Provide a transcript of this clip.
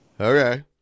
Okay